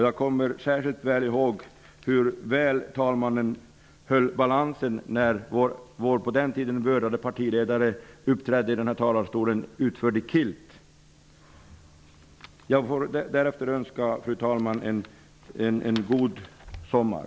Jag kommer särskilt ihåg hur väl talmannen höll balansen, när vår på den tiden vördade partiledare uppträdde i denna talarstol iklädd kilt. Jag önskar fru talmannen en god sommar!